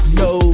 no